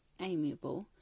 amiable